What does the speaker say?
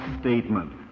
statement